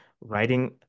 writing